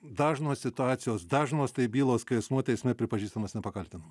dažnos situacijos dažnos tai bylos kai asmuo teisme pripažįstamas nepakaltinamu